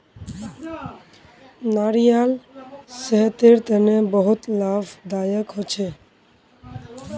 नारियाल सेहतेर तने बहुत लाभदायक होछे